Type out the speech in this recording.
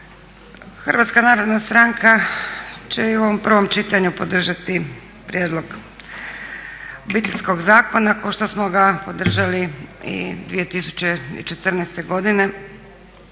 Hrvatska narodna stranka će i u ovom prvom čitanju podržati prijedlog Obiteljskog zakona kao što smo ga podržali i 2014. godine